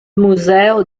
museo